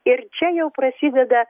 ir čia jau prasideda